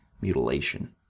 mutilation